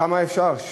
כמה אפשר?